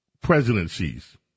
presidencies